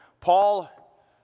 Paul